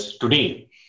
today